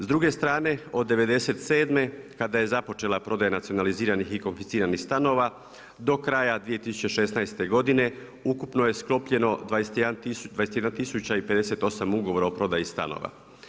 S druge strane od 97' kada je započela prodaja nacionaliziranih i konfisciranih stanova, do kraja 2016. godine, ukupno je sklopljeno 21 tisuća i 58 ugovora o prodaji stanova.